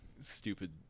stupid